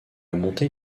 montée